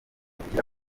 kugira